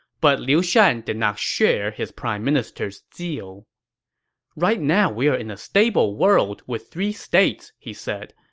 but liu shan did not share his prime minister's zeal right now, we are in a stable world with three states, he said.